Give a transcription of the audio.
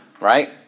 right